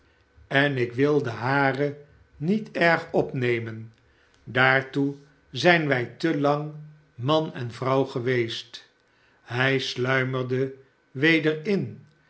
gebreken ik wil de hare niet te erg opnemen daartoe zijn wij te lang man en vrouw geweest hij sluimerde weder in